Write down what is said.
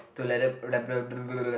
to